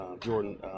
Jordan